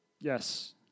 Yes